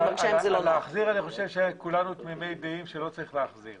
נראה לי שכולנו תמימי דעים שלא צריכים להחזיר